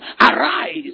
Arise